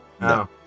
No